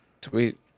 Tweet